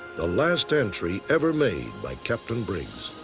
the last entry ever made by captain briggs.